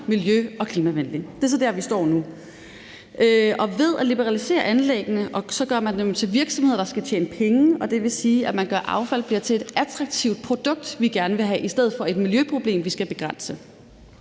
miljø- og klimavenlig. Det er så der, vi står nu. Ved at liberalisere anlæggene gør man dem til virksomheder, der skal tjene penge, og det vil sige, at affald bliver et attraktivt produkt, vi gerne vil have, i stedet for et miljøproblem, vi skal begrænse.